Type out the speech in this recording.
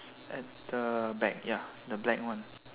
at the back ya the black one